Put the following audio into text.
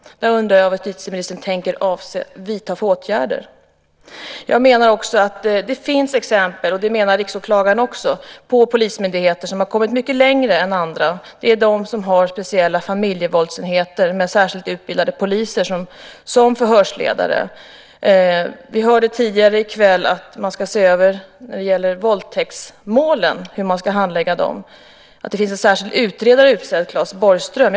Där undrar jag vad justitieministern avser att vidta för åtgärder. Det finns exempel, det säger Riksåklagaren också, på polismyndigheter som har kommit mycket längre än andra. Det är de som har speciella familjevåldsenheter med särskilt utbildade poliser som förhörsledare. Vi hörde tidigare i kväll att man ska se över hur man ska handlägga våldtäktsmålen. Det finns en särskild utredare utsedd, Claes Borgström.